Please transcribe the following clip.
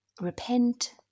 repent